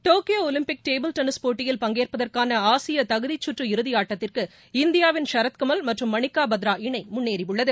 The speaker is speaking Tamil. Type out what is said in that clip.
டோக்கியோ ஒலிம்பிக் டேபிள் டென்னிஸ் போட்டியில் பங்கேற்பதற்கான ஆசிய தகுதிச்கற்று இறதி ஆட்டத்திற்கு இந்தியாவின் சரத்கமல் மற்றும் மனிக்ன பத்ரா இணை முன்னேறியுள்ளது